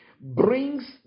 brings